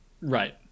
Right